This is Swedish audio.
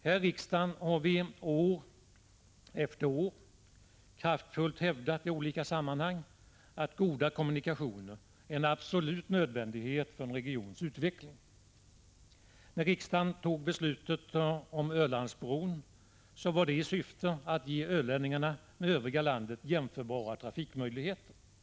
Här i riksdagen har vi år efter år kraftfullt hävdat i olika sammanhang att goda kommunikationer är en absolut nödvändighet för en regions utveckling. När riksdagen fattade beslutet om Ölandsbron så var det i syfte att ge Öland med övriga landet jämförbara trafikmöjligheter. Alla de Prot.